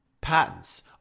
patents